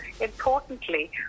importantly